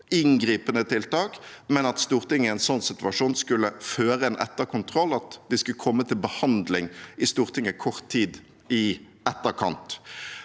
inngripende tiltak, men at Stortinget i en sånn situasjon skulle føre en etterkontroll, at det skulle komme til behandling i Stortinget kort tid i etterkant.